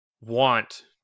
want